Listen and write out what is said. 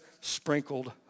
sprinkled